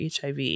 HIV